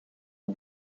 het